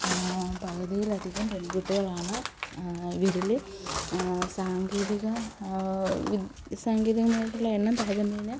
പകുതിയിലധികം പെൺകുട്ടികളാണ് ഇവരില് സാങ്കേതിക സാങ്കേതികമായിട്ടുള്ള എണ്ണം തകരുന്നതിന്